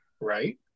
Right